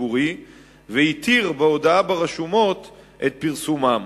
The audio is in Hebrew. הציבורי והתיר בהודעה ברשומות את פרסומם.